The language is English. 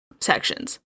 sections